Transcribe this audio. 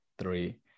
three